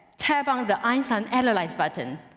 tab on the einstein analyze button,